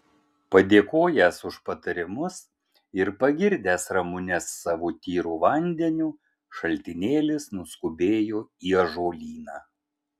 padėkojęs už patarimus ir pagirdęs ramunes savo tyru vandeniu šaltinėlis nuskubėjo į ąžuolyną